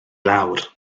lawr